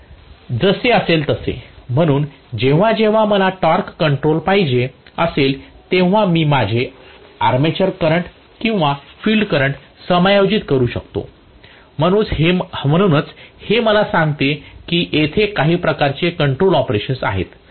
जसे असेल तसे म्हणून जेव्हा जेव्हा मला टॉर्क कंट्रोल पाहिजे असेल तेव्हा मी माझे आर्मेचर करंट किंवा फिल्ड करंट समायोजित करू शकतो म्हणूनच हे मला सांगते की तेथे काही प्रकारचे कंट्रोल ऑपरेशन्स आहेत